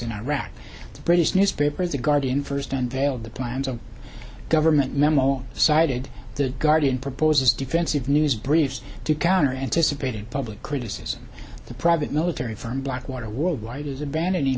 in iraq the british newspaper the guardian first unveiled the plans of government memo cited the guardian proposes defensive news briefs to counter anticipated public criticism the private military firm blackwater worldwide is aban